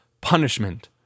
punishment